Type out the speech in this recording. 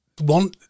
One